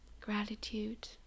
gratitude